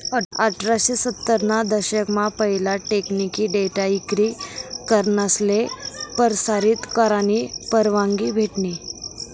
अठराशे सत्तर ना दशक मा पहिला टेकनिकी डेटा इक्री करनासले परसारीत करानी परवानगी भेटनी